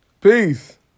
peace